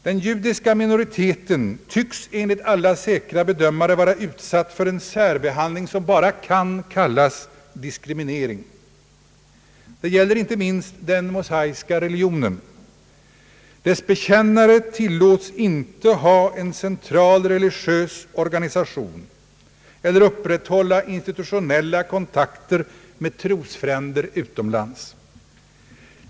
Den judiska minoriteten tycks enligt alla säkra bedömare vara utsatt för en särbehandling som bara kan kallas diskriminering. Det gäller inte minst den mosaiska religionen. Dess bekännare tillåts ej ha en central religiös organisation eller upprätthålla institutionella kontakter med trosfränder utomlands.